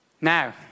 Now